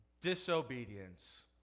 Disobedience